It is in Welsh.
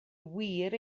wir